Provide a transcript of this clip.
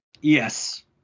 Yes